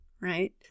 right